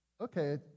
okay